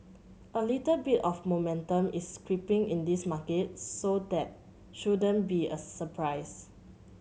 a little bit of momentum is creeping in this market so that shouldn't be a surprise